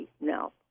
now